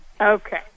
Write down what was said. Okay